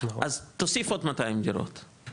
אז תוסיף עוד 200 דירות,